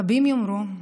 רבים יאמרו: